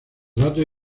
datos